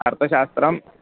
अर्थशास्त्रं